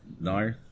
No